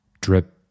drip